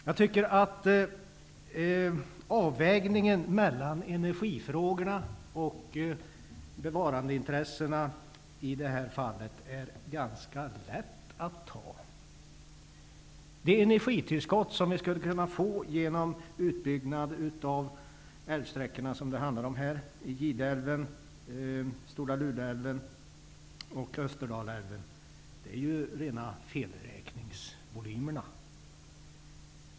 Jag anser att avvägningen mellan energifrågorna och bevarandeintressena i detta fall är ganska lätt att göra. Det energitillskott som vi skulle kunna få genom utbyggnad av de älvsträckor som det handlar om här i Gideälven, Stora Luleälven och Österdalälven är rena felräkningsvolymerna.